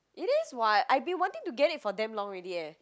it is what I've been wanting to get it for damn long ready eh